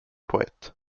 poète